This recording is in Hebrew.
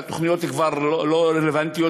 והתוכניות כבר לא רלוונטיות,